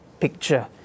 picture